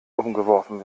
umgeworfen